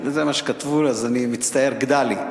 זה מה שכתבו לי אז אני מצטער, גדלי.